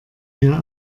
mir